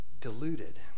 deluded